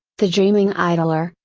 the dreaming idler,